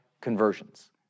conversions